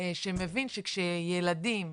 שמבין שכשילדים,